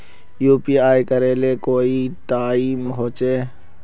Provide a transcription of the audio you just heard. UPI करे ले कोई टाइम होचे?